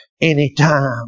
anytime